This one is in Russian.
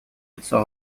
лицо